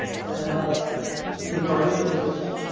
and use our resources